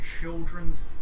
children's